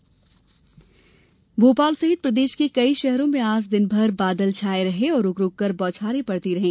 मौसम भोपाल सहित प्रदेश के कई शहरों में आज दिनभर बादल छाये रहे और रूक रूककर बौछारें पड़ती रही